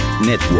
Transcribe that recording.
Network